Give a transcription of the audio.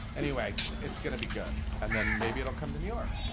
anyway it's gonna be good and then maybe it'll come to new york,